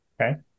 Okay